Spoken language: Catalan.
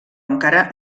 encara